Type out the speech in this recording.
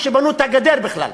שבנו את הגדר בכלל.